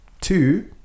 two